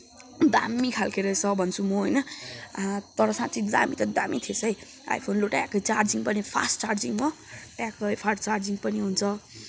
दामी खालको रहेछ भन्छु म होइन तर साच्ची दामी त दामी थिएछ है आइफोन लु ट्याक्कै चार्जिङ पनि फास्ट चार्जिङ हो ट्याक्क हौ फास्ट चार्जिङ पनि हुन्छ